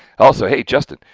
also, hey, justin.